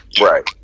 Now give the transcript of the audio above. Right